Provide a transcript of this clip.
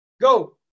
Go